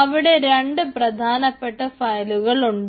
അവിടെ രണ്ട് പ്രധാനപ്പെട്ട ഫയലുകൾ ഉണ്ട്